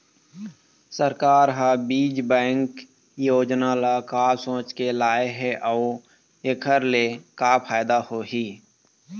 सरकार ह बीज बैंक योजना ल का सोचके लाए हे अउ एखर ले का फायदा होही?